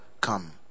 come